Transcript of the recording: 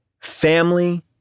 family